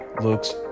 looks